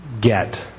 get